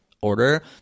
order